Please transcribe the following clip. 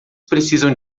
precisam